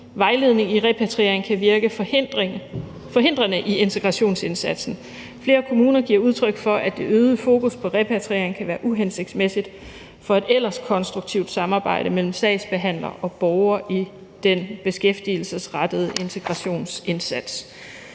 vejledningen i repatriering kan virke hindrende i integrationsindsatsen. Flere kommuner giver udtryk for, at det øgede fokus på repatriering kan være uhensigtsmæssigt for et ellers konstruktivt samarbejde mellem sagsbehandlere og borgere i den beskæftigelsesrettede integrationsindsats.